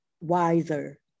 wiser